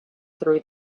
through